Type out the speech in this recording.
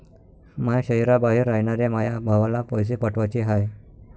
माया शैहराबाहेर रायनाऱ्या माया भावाला पैसे पाठवाचे हाय